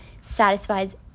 satisfies